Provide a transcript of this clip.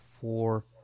four